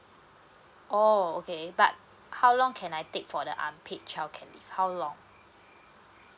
oh okay but how long can I take for the unpaid childcare leave how long